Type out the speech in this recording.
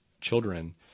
children